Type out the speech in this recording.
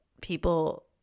people